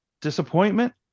Disappointment